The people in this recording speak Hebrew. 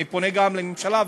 ואני פונה גם לממשלה,